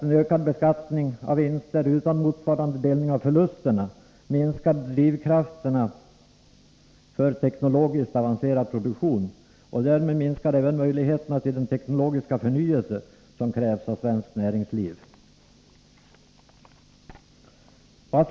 En ökad beskattning av vinster utan motsvarande delning av förlusterna minskar drivkrafterna för teknologiskt avancerad produktion och minskar därmed även möjligheterna till den teknologiska förnyelse som krävs av svenskt näringsliv.